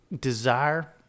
desire